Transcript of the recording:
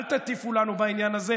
אל תטיפו לנו בעניין הזה,